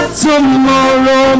tomorrow